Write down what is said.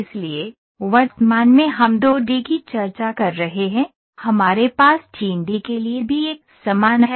इसलिए वर्तमान में हम 2 डी की चर्चा कर रहे हैं हमारे पास 3 डी के लिए भी एक समान है